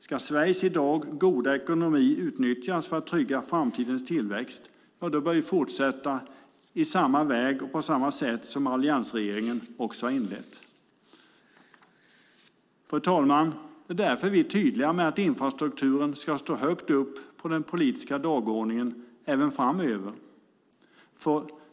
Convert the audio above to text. Ska Sveriges i dag goda ekonomi utnyttjas för att trygga framtidens tillväxt bör vi fortsätta på alliansregeringens inslagna väg. Fru talman! Därför är vi tydliga med att infrastrukturen ska stå högt upp på den politiska dagordningen även framöver.